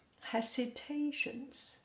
hesitations